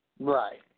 Right